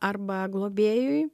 arba globėjui